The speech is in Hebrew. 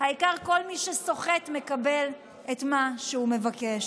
העיקר שכל מי שסוחט מקבל את מה שהוא מבקש.